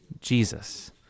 Jesus